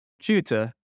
tutor